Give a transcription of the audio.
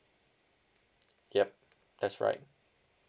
yup that's right